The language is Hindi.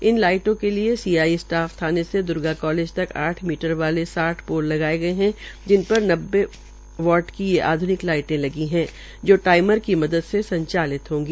इन लाइटों के लिए सी आई स्टाफ थाने से द्र्गा कालेज तक आठ मीटर वाले साठ पोपल लगाये है जिस पर न्ब्बेदार की ये आध्निक लाईट लगी है जो टाईमर की मदद से संचालित होंगी